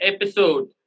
episode